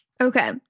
Okay